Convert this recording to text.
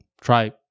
Try